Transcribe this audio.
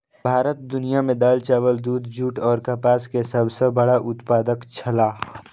भारत दुनिया में दाल, चावल, दूध, जूट और कपास के सब सॉ बड़ा उत्पादक छला